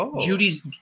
Judy's